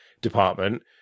department